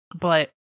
but-